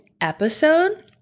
episode